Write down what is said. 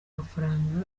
mafaranga